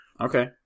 Okay